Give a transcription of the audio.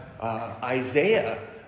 Isaiah